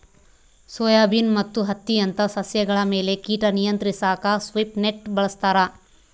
soybean ಮತ್ತು ಹತ್ತಿಯಂತ ಸಸ್ಯಗಳ ಮೇಲೆ ಕೀಟ ನಿಯಂತ್ರಿಸಾಕ ಸ್ವೀಪ್ ನೆಟ್ ಬಳಸ್ತಾರ